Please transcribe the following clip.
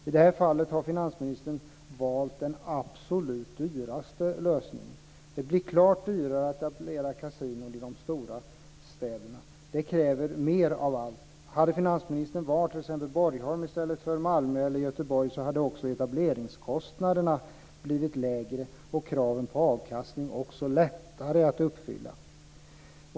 I det här fallet har finansministern valt den absolut dyraste lösningen. Det blir klart dyrare att etablera kasinon i de stora städerna. Det kräver mer av allt. Hade finansministern valt Borgholm i stället för Malmö eller Göteborg hade också etableringskostnaderna blivit lägre och kraven på avkastning också lättare att uppfylla.